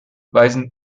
weisen